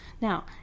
Now